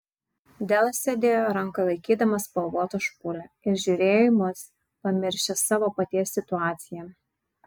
delas sėdėjo rankoje laikydamas spalvotą špūlę ir žiūrėjo į mus pamiršęs savo paties situaciją